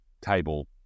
table